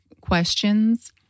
questions